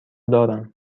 دارم